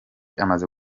amaze